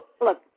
look